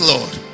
Lord